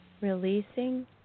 releasing